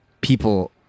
people